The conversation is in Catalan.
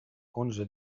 onze